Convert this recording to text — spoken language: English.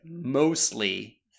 mostly